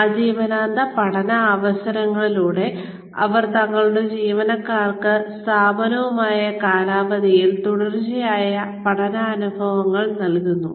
ആജീവനാന്ത പഠന അവസരങ്ങളിലൂടെ അവർ തങ്ങളുടെ ജീവനക്കാർക്ക് സ്ഥാപനവുമായുള്ള കാലാവധിയിൽ തുടർച്ചയായ പഠനാനുഭവങ്ങൾ നൽകുന്നു